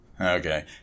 Okay